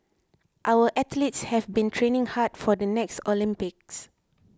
our athletes have been training hard for the next Olympics